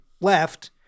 left